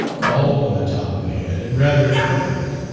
bald on the top of the head, and rather corpulent,